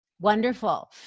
Wonderful